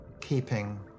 Keeping